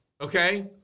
okay